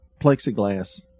plexiglass